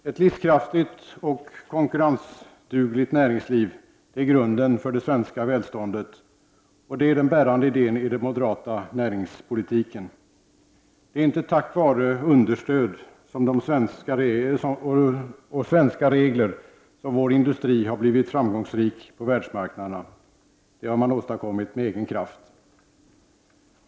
Herr talman! Ett livskraftigt konkurrensdugligt näringsliv är grunden för det svenska välståndet, och det är den bärande idén i den moderata näringspolitiken. Det är inte tack vare statligt understöd och svenska regler som vår industri har blivit framgångsrik på världsmarknaderna. Det har man åstadkommit med egen kraft.